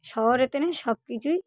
শহরে তেমনি সব কিছুই